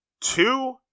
two